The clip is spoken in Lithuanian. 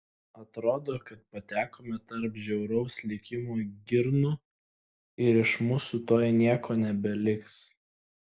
atrodo kad patekome tarp žiauraus likimo girnų ir iš mūsų tuoj nieko nebeliks